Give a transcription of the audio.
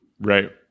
Right